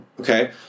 Okay